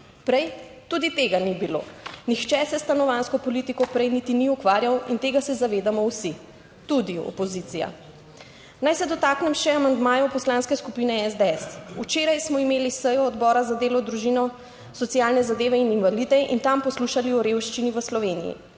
Prej tudi tega ni bilo. Nihče se s stanovanjsko politiko prej niti ni ukvarjal, in tega se zavedamo vsi, tudi opozicija. Naj se dotaknem še amandmajev Poslanske skupine SDS. Včeraj smo imeli sejo Odbora za delo, družino, socialne zadeve in invalide in tam poslušali o revščini v Sloveniji.